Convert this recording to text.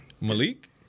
Malik